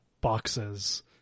boxes